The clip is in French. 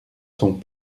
sont